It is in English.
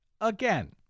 Again